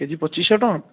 କେ G ପଚିଶଶହ ଟଙ୍କା